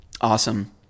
Awesome